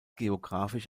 geographisch